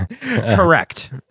Correct